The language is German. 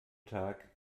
tag